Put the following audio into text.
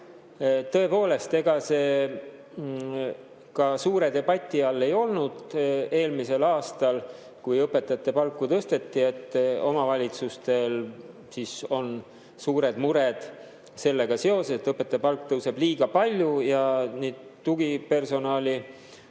Tõepoolest, ega see ka suure debati all ei olnud eelmisel aastal, kui õpetajate palku tõsteti, et omavalitsustel on suured mured seoses sellega, et õpetaja palk tõuseb liiga palju ja tugipersonali